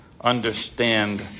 understand